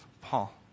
Paul